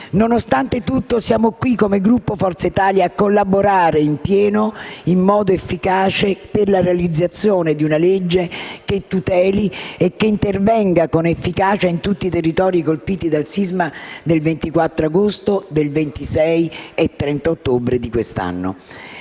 Nonostante tutto, siamo qui come Gruppo Forza Italia a collaborare in pieno in modo efficace per la realizzazione di una legge che tuteli e intervenga con efficacia in tutti i territori colpiti dal sisma del 24 agosto, del 26 e 30 ottobre di quest'anno.